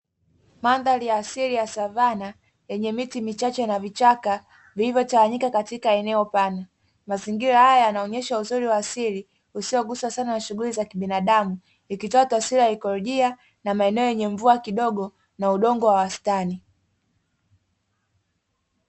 Mandhari ya asili ya savana yenye miti michache na vichaka vilivyotawanika katika eneo pana. Mazingira haya yanaonesha uzuri wa asili usioguswa sana na shughuli za kibinadamu, ikitoa taswira ya ikolojia na maeneo yenye mvua kidogo na udongo wa wastani.